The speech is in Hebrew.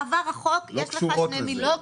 עבר החוק, יש לך שני מיליון.